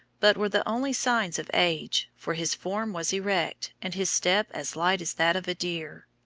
but were the only signs of age, for his form was erect, and his step as light as that of a deer.